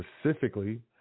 Specifically